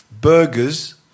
burgers